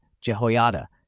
Jehoiada